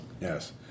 Yes